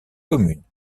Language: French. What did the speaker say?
commune